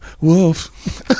wolf